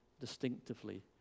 distinctively